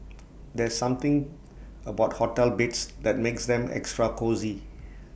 there's something about hotel beds that makes them extra cosy